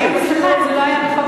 הייתי שמחה אם זה לא היה בחוק-יסוד.